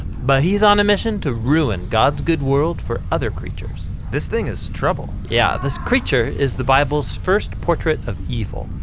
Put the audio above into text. but he is on a mission to ruin god's good world for other creatures. this thing is trouble. yeah, this creature is the bible's first portrait of evil.